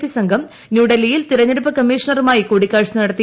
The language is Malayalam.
പി സംഘം ന്യൂഡൽഹിയിൽ തെരഞ്ഞെടുപ്പ് കമ്മീഷണറുമായി കൂടിക്കാഴ്ച നടത്തി